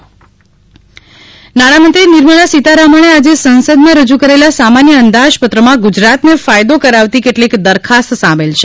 બજેટમાં ગુજરાત નાણાંમંત્રી નિર્મળા સિતારામને આજે સાંસદ માં રજૂ કરેલા સામાન્ય અંદાજપત્રમાં ગુજરાત ને ફાયદો કરાવતી કેટલીક દરખાસ્ત સામેલ છે